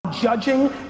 judging